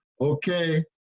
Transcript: okay